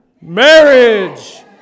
Marriage